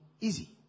easy